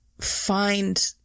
find